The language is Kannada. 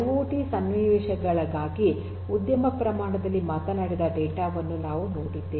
ಐಐಓಟಿ ಸನ್ನಿವೇಶಗಳಿಗಾಗಿ ಉದ್ಯಮ ಪ್ರಮಾಣದಲ್ಲಿ ಮಾತನಾಡಿದ ಡೇಟಾ ವನ್ನು ನಾವು ನೋಡಿದ್ದೇವೆ